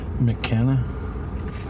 McKenna